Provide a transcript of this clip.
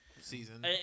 season